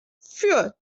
für